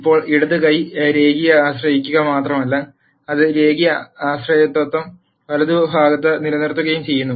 ഇപ്പോൾ ഇടത് കൈ രേഖീയമായി ആശ്രയിക്കുക മാത്രമല്ല അതേ രേഖീയ ആശ്രയത്വവും വലതുഭാഗത്ത് നിലനിർത്തുകയും ചെയ്യുന്നു